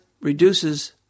reduces